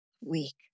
Weak